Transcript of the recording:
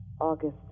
August